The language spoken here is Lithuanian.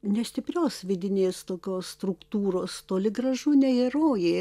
ne stiprios vidinės tokios struktūros toli gražu ne herojė